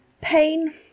pain